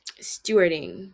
stewarding